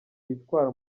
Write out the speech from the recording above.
yitwara